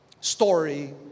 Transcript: story